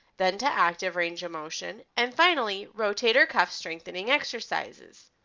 then to active range of motion, and finally rotator cuff strengthening exercises.